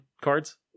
cards